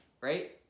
right